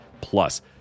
Plus